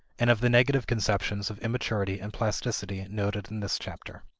and of the negative conceptions of immaturity and plasticity noted in this chapter.